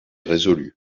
résolu